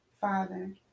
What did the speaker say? Father